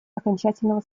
окончательного